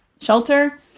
shelter